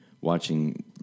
watching